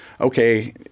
okay